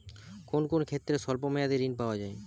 কোন কোন ক্ষেত্রে স্বল্প মেয়াদি ঋণ পাওয়া যায়?